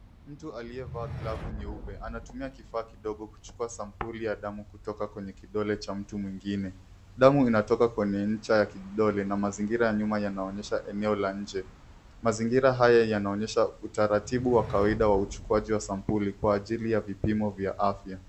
Mtu aliyevaa glavu nyeupe, anatumia kifaa kidogo kuchukua sampuli ya damu kutoka kwenye kidole cha mtu mwingine. Damu inatoka kwenye ncha ya kidole na mazingira ya nyuma yanaonyesha eneo la nje. Mazingira haya yanaonyesha utaratibu wa kawaida wa uchukuaji wa sampuli kwa ajili ya vipimo vya afya.